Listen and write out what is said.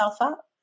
up